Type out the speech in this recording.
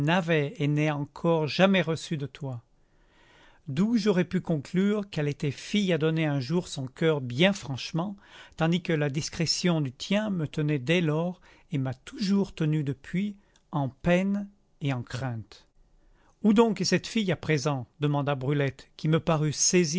et n'ai encore jamais reçu de toi d'où j'aurais pu conclure qu'elle était fille à donner un jour son coeur bien franchement tandis que la discrétion du tien me tenait dès lors et m'a toujours tenu depuis en peine et en crainte où donc est cette fille à présent demanda brulette qui me parut